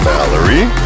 Valerie